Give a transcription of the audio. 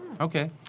Okay